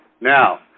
Now